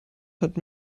hat